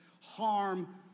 harm